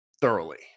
thoroughly